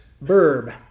verb